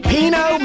Pino